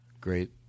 Great